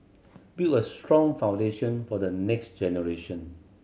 build a strong foundation for the next generation